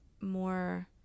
more